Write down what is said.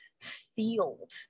field